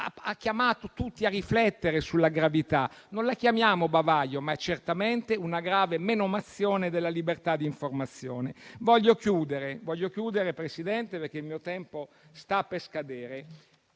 ha chiamato tutti a riflettere sulla gravità: non la chiamiamo bavaglio, ma è certamente una grave menomazione della libertà di informazione. Desidero concludere il mio intervento, signor Presidente, perché il mio tempo sta per scadere.